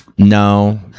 No